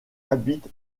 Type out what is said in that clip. habite